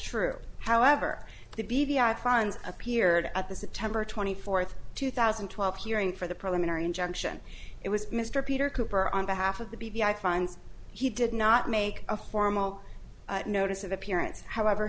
true however the b v i funds appeared at the september twenty fourth two thousand and twelve hearing for the preliminary injunction it was mr peter cooper on behalf of the b v i finds he did not make a formal notice of appearance however